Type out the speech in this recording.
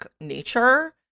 nature –